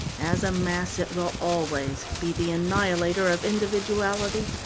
as a mass it will always be the annihilator of individuality,